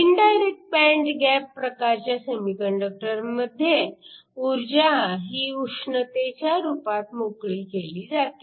indirect band gap प्रकारच्या सेमीकंडक्टरमध्ये ऊर्जा ही उष्णतेच्या रूपात मोकळी केली जाते